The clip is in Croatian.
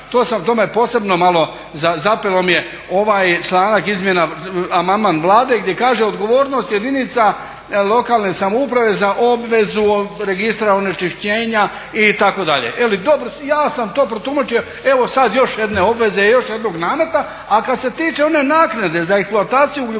članak, to me posebno malo zapelo mi je ovaj članak izmjena amandman Vlade gdje kaže odgovornost jedinica lokalne samouprave za obvezu registra onečišćenja itd. Ja sam to protumačio evo sad još jedne obveze, još jednog nameta. A kad se tiče one naknade za eksploataciju ugljikovodika